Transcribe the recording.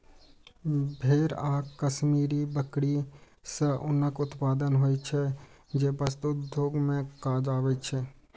भेड़ आ कश्मीरी बकरी सं ऊनक उत्पादन होइ छै, जे वस्त्र उद्योग मे काज आबै छै